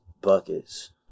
Buckets